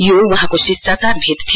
यो वहाँको शिष्टाचार भेट थियो